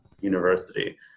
university